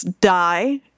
die